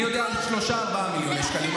אני יודע על 4-3 מיליון שקלים,